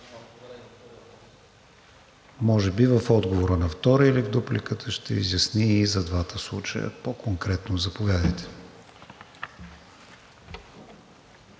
Може би в отговора на втория или в дупликата ще изясни и за двата случая по-конкретно. Заповядайте.